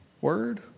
word